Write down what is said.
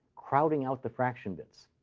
crowding out the fraction bits.